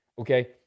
Okay